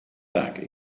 back